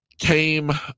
came